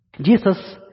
Jesus